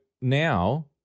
now